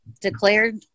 declared